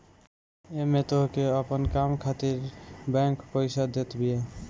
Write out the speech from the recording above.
एमे तोहके अपन काम खातिर बैंक पईसा देत बिया